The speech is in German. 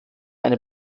eine